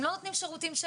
הם לא נותנים שירותים,